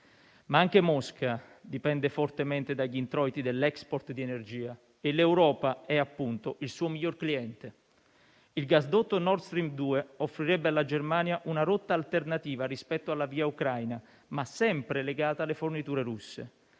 ma anche Mosca dipende fortemente dagli introiti dell'*export* di energia e l'Europa è, per l'appunto, il suo miglior cliente. Il gasdotto Nord Stream 2 offrirebbe alla Germania una rotta alternativa rispetto alla via ucraina, ma sempre legata alle forniture russe.